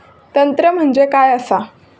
तंत्र म्हणजे काय असा?